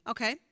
Okay